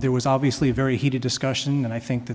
there was obviously a very heated discussion and i think that